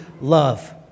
love